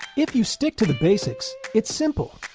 if you stick to the basics, it's simple.